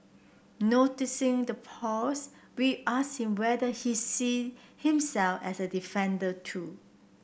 noticing the pause we asked him whether he see himself as a defender too